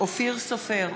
אופיר סופר,